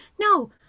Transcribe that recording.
no